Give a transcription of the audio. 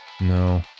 No